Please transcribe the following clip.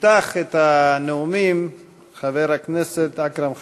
יפתח את הנאומים חבר הכנסת אכרם חסון.